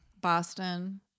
boston